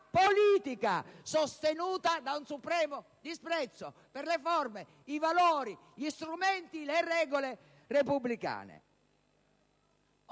politica, sostenuta da un supremo disprezzo per le forme, i valori, gli strumenti, le regole repubblicane.